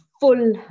full